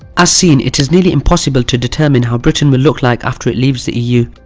as seen, it is nearly impossible to determine how britain will look like after it leaves the eu.